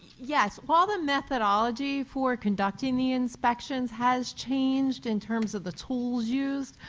yes, while the methodology for conducting the inspections has changed in terms of the tools used,